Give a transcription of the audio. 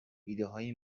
ایدههای